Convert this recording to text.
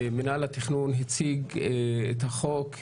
מינהל התכנון הציג את החוק,